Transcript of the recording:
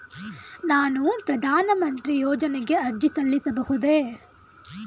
ನಾನು ಪ್ರಧಾನ ಮಂತ್ರಿ ಯೋಜನೆಗೆ ಅರ್ಜಿ ಸಲ್ಲಿಸಬಹುದೇ?